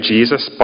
Jesus